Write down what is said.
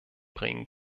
bringen